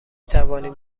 توانیم